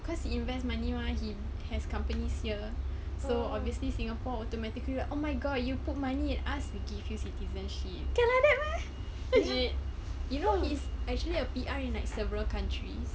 cause he invest money mah he has companies here so obviously singapore automatically like oh my god you put money in us we give you citizenship legit you know he's actually a P_R in like several countries